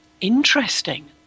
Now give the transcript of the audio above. interesting